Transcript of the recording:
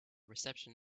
reception